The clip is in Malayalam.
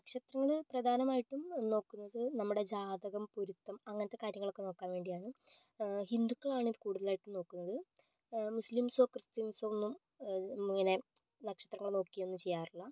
നക്ഷത്രങ്ങള് പ്രധാനമായിട്ടും നോക്കുന്നത് നമ്മുടെ ജാതകം പൊരുത്തം അങ്ങനത്തെ കാര്യങ്ങളൊക്കെ നോക്കാൻ വേണ്ടിയാണ് ഹിന്ദുക്കളാണ് കൂടുതലായിട്ടും നോക്കുന്നത് മുസ്ലിംസോ ക്രിസ്ത്യൻസോ ഒന്നും ഇങ്ങനെ നക്ഷത്രങ്ങള് നോക്കി ഒന്നും ചെയ്യാറില്ല